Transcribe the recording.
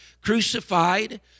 crucified